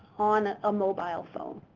on a mobile phone.